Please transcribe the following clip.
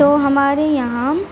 تو ہمارے یہاں